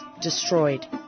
destroyed